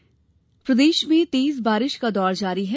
बारिश प्रदेश में तेज बारिश का दौर जारी है